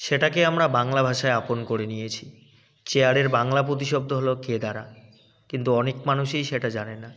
সেটাকে আমরা বাংলা ভাষায় আপন করে নিয়েছি চেয়ারের বাংলা প্রতিশব্দ হল কেদারা কিন্তু অনেক মানুষই সেটা জানে না